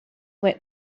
went